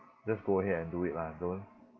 just go ahead and do it lah don't